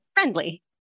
friendly